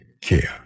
care